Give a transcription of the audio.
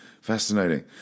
Fascinating